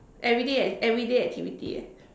everyday act~ everyday activity eh